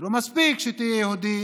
זה לא מספיק שתהיה יהודי,